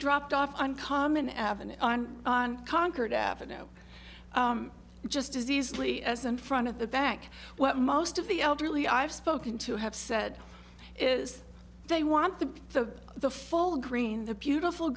dropped off on common avenue on concord avenue just as easily as in front of the back what most of the elderly i've spoken to have said is they want the the the full green the beautiful